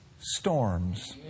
storms